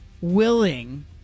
willing